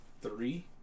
three